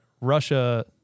Russia